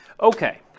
okay